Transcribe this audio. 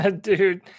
Dude